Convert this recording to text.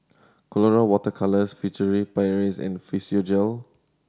Colora Water Colours Furtere Paris and Physiogel